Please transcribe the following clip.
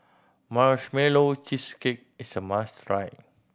Marshmallow Cheesecake is a must try